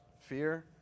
fear